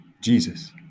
Jesus